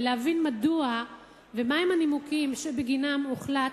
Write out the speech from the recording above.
ולהבין מדוע ומהם הנימוקים שבגינם הוחלט